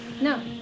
No